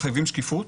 מחייבים שקיפות